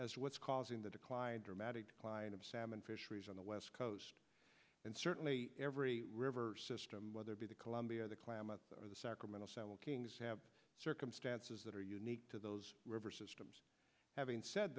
to what's causing the decline dramatic decline of salmon fisheries on the west coast and certainly every river system whether be the columbia the klamath or the sacramento kings have circumstances that are unique to those river systems having said